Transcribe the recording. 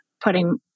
putting